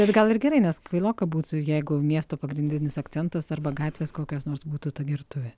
bet gal ir gerai nes kvailoka būtų jeigu miesto pagrindinis akcentas arba gatvės kokios nors būtų ta gertuvė